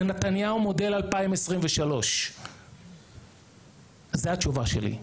זה נתניהו מודל 2023. זה התשובה שלי.